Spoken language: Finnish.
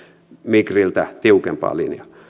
migriltä tiukempaa linjaa